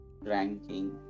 ranking